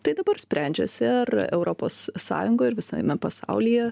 tai dabar sprendžiasi ar europos sąjungoj ir visame pasaulyje